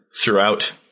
throughout